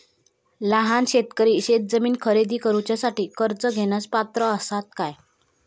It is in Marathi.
लहान शेतकरी शेतजमीन खरेदी करुच्यासाठी कर्ज घेण्यास पात्र असात काय?